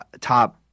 top